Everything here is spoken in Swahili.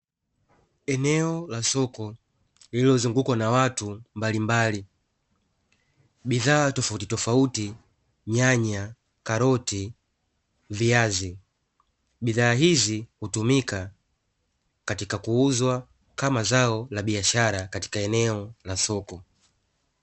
Eneo la soko lililozungukwa na watu mbalimbali bidhaa tofauti tofauti nyanya, karoti, na viazi hutumika kuuzwa kama zao la biashara katika eneo la soko.